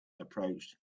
approached